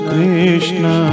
Krishna